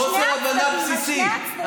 חוסר הבנה בסיסי,